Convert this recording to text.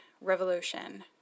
revolution